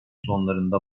sonlarında